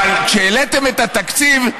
אבל כשהעליתם את התקציב,